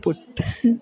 puttu